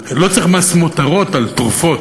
לא צריך מס מותרות על תרופות,